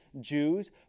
Jews